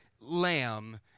lamb